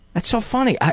that's so funny.